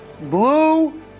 blue